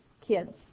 kids